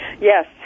Yes